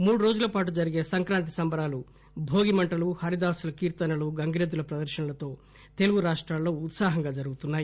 మూడు రోజుల పాటు జరిగే సంక్రాంతి సంబరాలు భోగి మంటలు హరిదాసుల కీర్తనలు గంగిరెద్దుల ప్రదర్శనలతో తెలుగు రాష్రాల్లో ఉత్పాహంగా జరుగుతున్నాయి